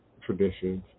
traditions